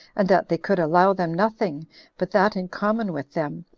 and that they could allow them nothing but that in common with them,